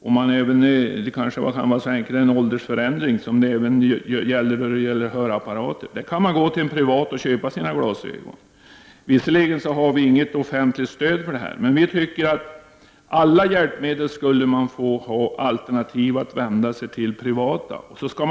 Det kan ju gälla en enkel åldersförändring, som det ofta är fråga om för den som behöver hörapparat. Man kan gå till en privat optiker och köpa sina glasögon. Visserligen har vi inget offentligt stöd till detta, men vi tycker att det för alla hjälpmedel borde finnas möjlighet att vända sig till privata företag.